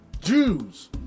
Jews